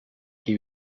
que